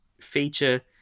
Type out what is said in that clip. feature